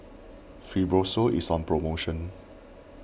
Fibrosol is on promotion